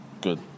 good